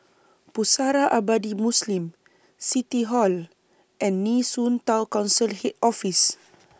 Pusara Abadi Muslim City Hall and Nee Soon Town Council Head Office